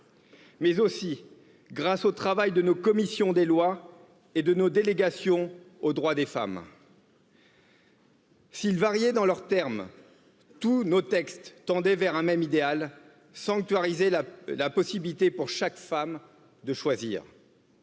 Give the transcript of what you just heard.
Mais aussi grâce au travail de nos commissions des lois et de nos délégations aux droits des femmes. S'il variait dans leurs termes, tous nos textes tendaient un même idéal sanctuariser la possibilité pour chaque femme de choisir